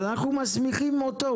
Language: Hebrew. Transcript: אבל אנחנו מסמיכים אותו,